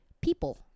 people